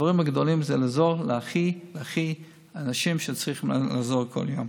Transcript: הדברים הגדולים זה לעזור לאנשים שהכי צריך לעזור להם כל יום.